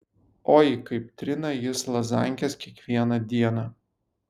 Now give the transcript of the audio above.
oi kaip trina jis lazankes kiekvieną dieną